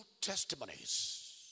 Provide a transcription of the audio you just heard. testimonies